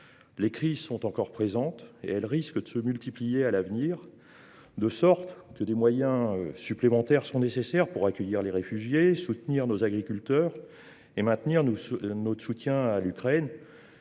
Les crises sont encore présentes et elles risquent de se multiplier à l’avenir, de sorte que des moyens supplémentaires sont nécessaires pour accueillir les réfugiés, soutenir nos agriculteurs ou encore maintenir notre soutien à l’Ukraine,